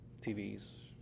TVs